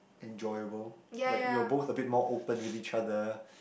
enjoyable like we were both a bit more open with each other